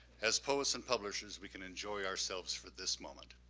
as poets and publishers, we can enjoy ourselves for this moment.